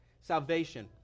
salvation